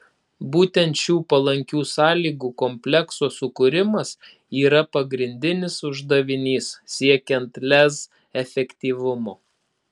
būtent šių palankių sąlygų komplekso sukūrimas yra pagrindinis uždavinys siekiant lez efektyvumo